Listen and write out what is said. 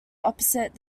opposite